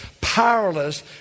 powerless